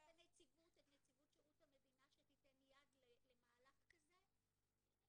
את נציבות שירות המדינה שתיתן יד למהלך כזה,